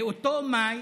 באותו מאי,